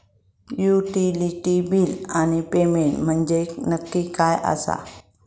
Utility बिला आणि payment म्हंजे नक्की काय आसा?